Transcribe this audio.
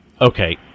Okay